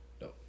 no